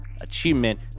achievement